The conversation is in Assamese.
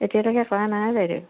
এতিয়ালৈকে কৰা নাই বাইদেউ